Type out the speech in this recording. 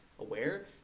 aware